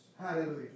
Hallelujah